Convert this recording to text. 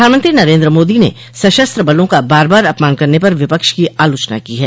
प्रधानमंत्री नरेन्द्र मोदी ने सशस्त्र बलों का बार बार अपमान करने पर विपक्ष की आलोचना की है